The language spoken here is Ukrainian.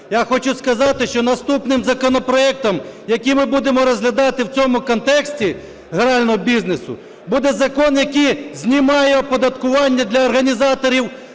Я хочу сказати, що наступним законопроектом, який ми будемо розглядати в цьому контексті грального бізнесу, буде закон, який знімає оподаткування для організаторів